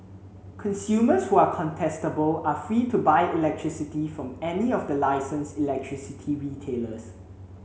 consumers who are contestable are free to buy electricity from any of the licensed electricity retailers